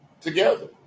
together